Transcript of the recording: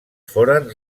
foren